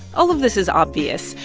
all of this is obvious.